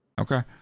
Okay